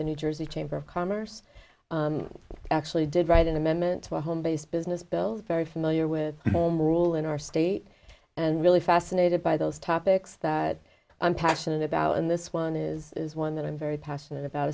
the new jersey chamber of commerce actually did write an amendment to a home based business bill very familiar with home rule in our state and really fascinated by those topics that i'm passionate about and this one is is one that i'm very passionate about